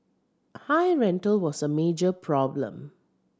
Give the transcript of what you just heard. high rental was a major problem